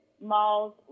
malls